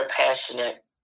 passionate